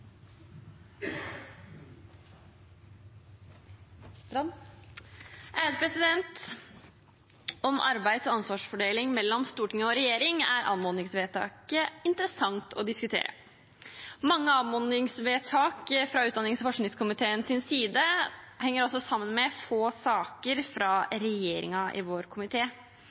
er mange anmodningsvedtak fra utdannings- og forskningskomiteens side henger også sammen med at det er få saker fra regjeringen i vår